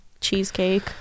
Cheesecake